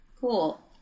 Cool